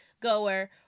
goer